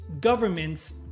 governments